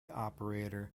operator